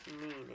meaning